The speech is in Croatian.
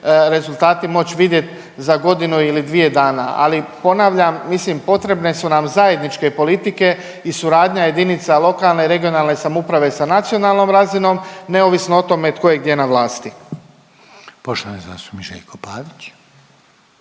rezultati moć vidjet za godinu ili dvije dana. Ali ponavljam, mislim potrebne su nam zajedničke politike i suradnja jedinica lokalne i regionalne samouprave sa nacionalnom razinom neovisno o tome tko je gdje na vlasti. **Reiner, Željko